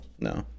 No